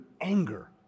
anger